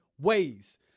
ways